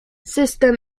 system